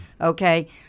okay